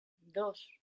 dos